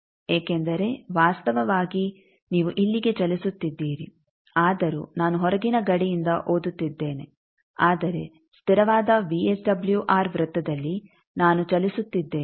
ಏಕೆಂದರೆ ವಾಸ್ತವವಾಗಿ ನೀವು ಇಲ್ಲಿಗೆ ಚಲಿಸುತ್ತಿದ್ದೀರಿ ಆದರೂ ನಾನು ಹೊರಗಿನ ಗಡಿಯಿಂದ ಓದುತ್ತಿದ್ದೇನೆ ಆದರೆ ಸ್ಥಿರವಾದ ವಿಎಸ್ಡಬ್ಲ್ಯೂಆರ್ ವೃತ್ತದಲ್ಲಿ ನಾನು ಚಲಿಸುತ್ತಿದ್ದೇನೆ